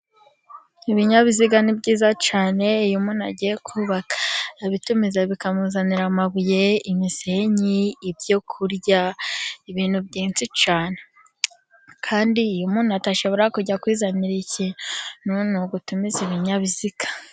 Ibinyabiziga ni byiza cyane, iyo umuntu agiye kubaka arabitumiza bikamuzanira amabuye, imisenyi, ibyo kurya ibintu byinshi cyane kandi iyo umuntu, atashobora kujya kwizanira ikintu ni ugutumiza ibinyabiziga.